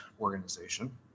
organization